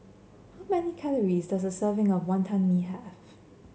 how many calories does a serving of Wantan Mee have